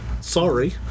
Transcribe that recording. sorry